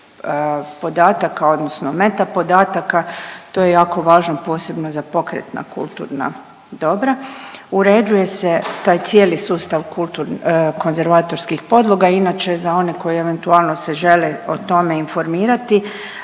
odnosno meta podataka to je jako važno posebno za pokretna kulturna dobra. Uređuje se taj cijeli sustav konzervatorskih podloga. Inače za one koji eventualno se žele o tome informirati